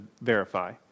verify